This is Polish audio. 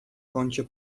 kącie